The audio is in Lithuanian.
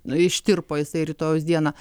ištirpo jisai rytojaus dieną